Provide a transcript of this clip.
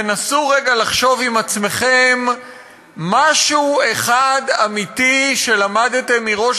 תנסו רגע לחשוב עם עצמכם על משהו אחד אמיתי שלמדתם מראש